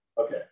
okay